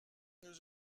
nous